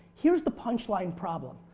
here's the punchline problem,